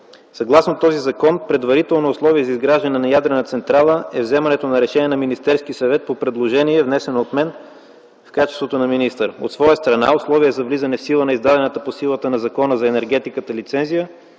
Съгласно този закон предварително условие за изграждане на ядрена централа е вземането на решение от Министерския съвет по предложение, внесено от мен в качеството на министър. От своя страна условие за влизане в сила на издадена по силата на Закона за енергетиката лицензия